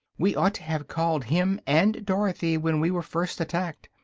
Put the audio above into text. we ought to have called him and dorothy when we were first attacked,